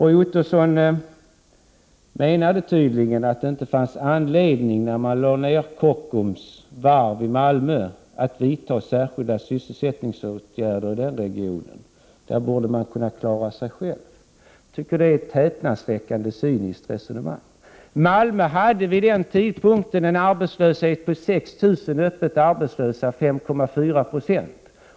Han menade tydligen att det, när Kockums varv i Malmö lades ner, inte fanns skäl att vidta särskilda sysselsättningsåtgärder i regionen. Där borde man kunna klara sig själv, menade han. Jag tycker att det är ett både häpnadsväckande och cyniskt resonemang. Malmö hade vid den tiden 6 000 öppet arbetslösa människor eller 5,4 96 av den arbetsföra befolkningen.